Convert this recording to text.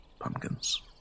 pumpkins